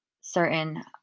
certain